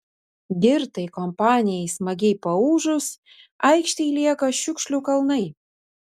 girtai kompanijai smagiai paūžus aikštėj lieka šiukšlių kalnai